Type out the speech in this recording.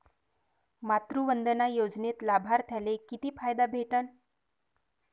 मातृवंदना योजनेत लाभार्थ्याले किती फायदा भेटन?